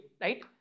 right